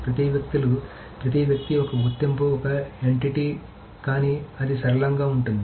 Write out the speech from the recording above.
ప్రతి వ్యక్తులు ప్రతి వ్యక్తి ఒక గుర్తింపు ఒక ఎంటిటీ కానీ అది సరళంగా ఉంటుంది